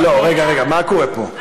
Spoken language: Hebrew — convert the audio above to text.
רגע, מה קורה פה?